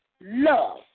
love